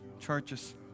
Churches